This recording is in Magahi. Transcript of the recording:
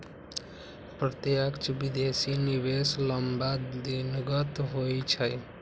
प्रत्यक्ष विदेशी निवेश लम्मा दिनगत होइ छइ